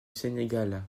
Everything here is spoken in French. sénégal